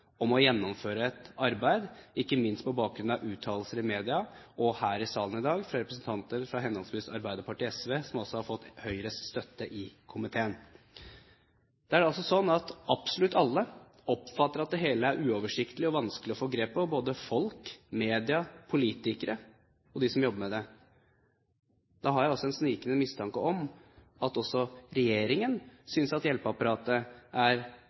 om å gjennomføre et arbeid, ikke minst på bakgrunn av uttalelser i media og her i salen i dag fra representanter fra henholdsvis Arbeiderpartiet og SV, som altså har fått Høyres støtte i komiteen. Det er altså slik at absolutt alle oppfatter at det hele er uoversiktlig og vanskelig å få grep på – både folk, media, politikere og de som jobber med det. Da har jeg altså en snikende mistanke om at også regjeringen synes at hjelpeapparatet er